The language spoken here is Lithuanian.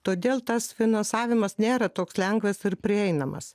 todėl tas finansavimas nėra toks lengvas ir prieinamas